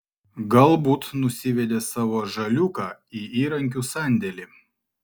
galbūt nusivedė savo žaliūką į įrankių sandėlį